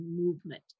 movement